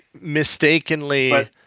mistakenly